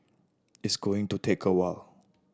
it's going to take a while